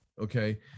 okay